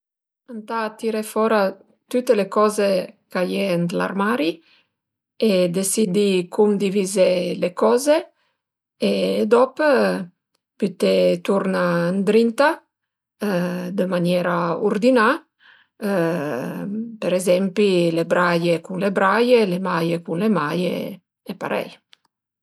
Ëntà tirè fora tüte le coze ch'a ie ënt l'armari e desiddi cum divizé le coze e dop büté turna ëndrinta dë maniera urdinà për ezempi le braie cun le braie, le maie cun le maie e parei